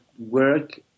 Work